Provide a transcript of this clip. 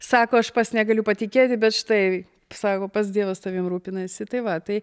sako aš pats negaliu patikėti bet štai sako pats dievas tavim rūpinasi tai va tai